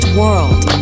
world